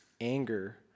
anger